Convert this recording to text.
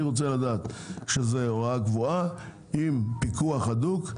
אני רוצה לדעת שזו הוראה קבועה עם פיקוח הדוק,